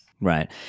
Right